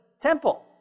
temple